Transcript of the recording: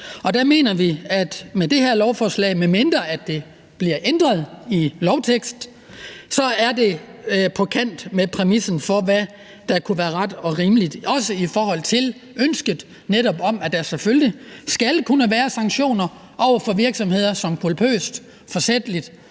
Der mener vi, at det her lovforslag, medmindre det bliver ændret i lovteksten, er på kant med præmissen for, hvad der kunne være ret og rimeligt, og netop også er det i forhold til ønsket om, at der selvfølgelig skal være sanktioner over for virksomheder, som culpøst, forsætligt,